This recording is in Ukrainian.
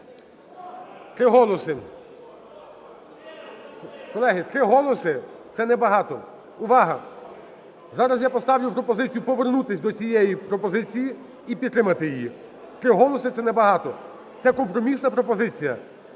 Три голоси. Колеги, три голоси - це небагато. Увага! Зараз я поставлю пропозицію повернутись до цієї пропозиції і підтримати її, три голоси – це небагато, це компромісна пропозиція.